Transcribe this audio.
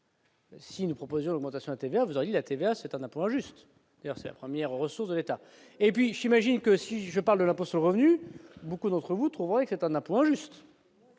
Si nous proposions augmentation intervient vous aussi la TVA, c'est un impôt injuste, ailleurs c'est la première ressources de l'État et puis j'imagine que si je parle de l'impôt sur le revenu, beaucoup d'entre vous trouverez c'est un impôt injuste.